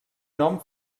nom